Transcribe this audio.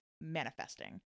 manifesting